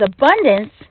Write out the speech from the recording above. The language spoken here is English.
Abundance